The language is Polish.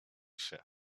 się